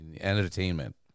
entertainment